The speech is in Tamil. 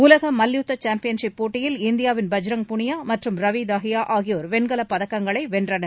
உலக மல்யுத்த சாம்பியன்ஷிப் போட்டியில் இந்தியாவின் பஜ்ரங் புனியா மற்றும் ரவி தாஹியா ஆகியோர் வெண்கலப் பதக்கங்களை வென்றனர்